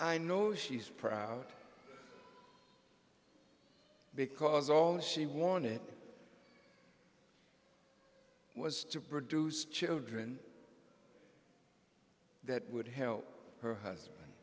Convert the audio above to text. i know she's proud because all she wanted was to produce children that would help her